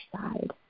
side